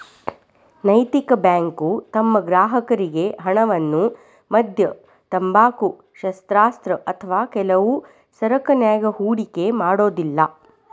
ನೈತಿಕ ಬ್ಯಾಂಕು ತಮ್ಮ ಗ್ರಾಹಕರ್ರಿಗೆ ಹಣವನ್ನ ಮದ್ಯ, ತಂಬಾಕು, ಶಸ್ತ್ರಾಸ್ತ್ರ ಅಥವಾ ಕೆಲವು ಸರಕನ್ಯಾಗ ಹೂಡಿಕೆ ಮಾಡೊದಿಲ್ಲಾ